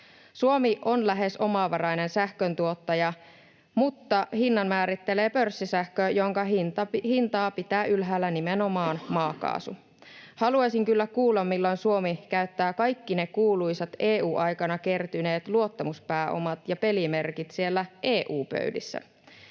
Suomi on lähes omavarainen sähköntuottaja, mutta hinnan määrittelee pörssisähkö, jonka hintaa pitää ylhäällä nimenomaan maakaasu. Haluaisin kyllä kuulla, milloin Suomi käyttää kaikki ne kuuluisat EU-aikana kertyneet luottamuspääomat ja pelimerkit siellä EU-pöydissä.